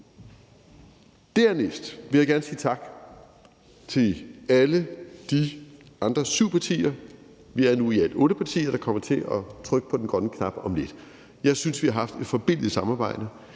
Dernæst vil jeg gerne sige tak til alle de andre syv partier; vi er nu i alt otte partier, der kommer til at trykke på den grønne knap om lidt. Jeg synes, vi har haft et forbilledligt samarbejde,